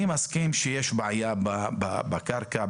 אני מסכים שיש בעיה עם קרקע,